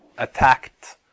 attacked